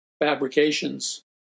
fabrications